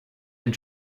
and